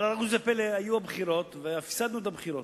אבל ראו זה פלא, היו הבחירות, והפסדנו את הבחירות.